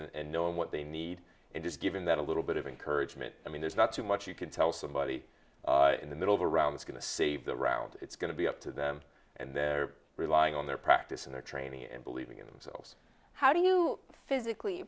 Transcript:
players and knowing what they need and just given that a little bit of encouragement i mean there's not too much you can tell somebody in the middle of around this going to save the round it's going to be up to them and they're relying on their practice and their training and believing in themselves how do you physically